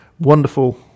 Wonderful